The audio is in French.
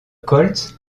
koltz